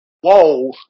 Whoa